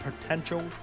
potential